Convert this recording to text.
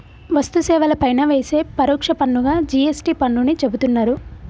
వస్తు సేవల పైన వేసే పరోక్ష పన్నుగా జి.ఎస్.టి పన్నుని చెబుతున్నరు